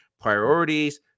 priorities